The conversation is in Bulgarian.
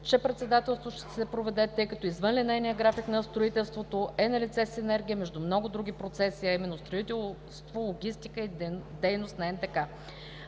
че председателството ще се проведе, тъй като извън линейния график на строителството е налице синергия между много други процеси, именно: строителство, логистика и дейност на НДК.